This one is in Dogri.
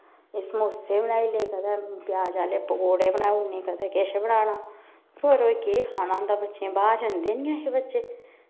समोसे बनाई ले कदें प्याज आह्ले पकौड़े बनाई ओड़ने कदें किश बनाना रोज रोज केह् खलाना होंदा बच्चें गी बाह्र जंदे गै नेईं हे बच्चे